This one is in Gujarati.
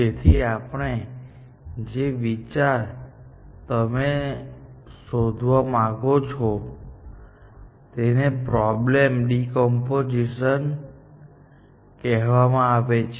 તેથી આપણે જે વિચાર તમે શોધવા માંગો છો તેને પ્રોબ્લેમ ડિકોમ્પોઝિશન કહેવામાં આવે છે